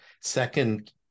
second